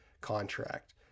contract